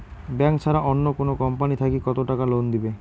Bank ছাড়া অন্য কোনো কোম্পানি থাকি কত টাকা লোন দিবে?